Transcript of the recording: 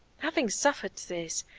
having suffered this,